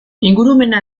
ingurumena